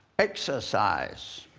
exercise.